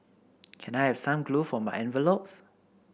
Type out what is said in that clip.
can I have some glue for my envelopes